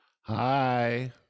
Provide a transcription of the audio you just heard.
Hi